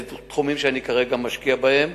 אלה תחומים שאני כרגע משקיע בהם,